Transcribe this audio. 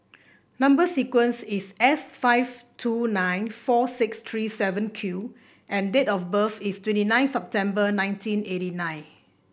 number sequence is S five two nine four six three seven Q and date of birth is twenty nine September nineteen eighty nine